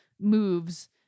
moves